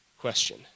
question